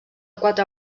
quatre